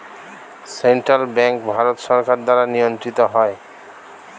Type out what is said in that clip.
central bank Bharat সরকার দ্বারা নিয়ন্ত্রিত হয়